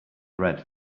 read